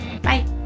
Bye